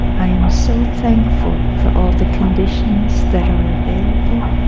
i am so thankful for all the conditions that are available